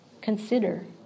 Consider